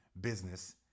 business